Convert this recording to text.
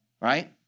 right